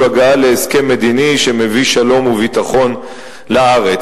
הגעה להסכם מדיני שמביא שלום וביטחון לארץ.